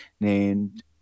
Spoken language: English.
named